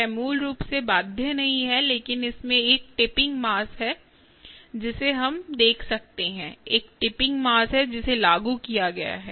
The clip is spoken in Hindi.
यह मूल रूप से बाध्य नहीं है लेकिन इसमें एक टिपिंग मास है जिसे हम देख सकते हैं एक टिपिंग मास है जिसे लागू किया गया है